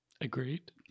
Agreed